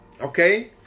Okay